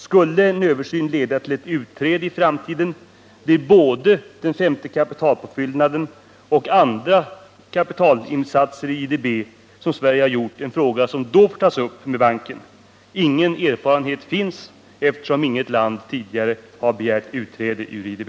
Skulle en översyn leda till ett utträde i framtiden blir frågan om både den femte kapitalpåfyllnaden och andra kapitalinsatser i IDB som Sverige har gjort något som då får tas upp med banken. Ingen erfarenhet finns, eftersom inget land tidigare har begärt utträde ur IDB.